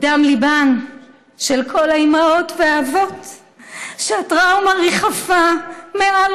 הוא מדם ליבם של כל האימהות והאבות שהטראומה ריחפה מעל